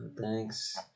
thanks